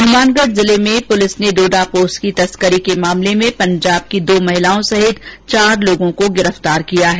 हनुमानगढ जिले में पुलिस ने डोडा पोस्त की तस्करी के मामले में पंजाब की दो महिलाओं सहित चार लोगों को गिरफ़्तार किया है